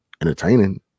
entertaining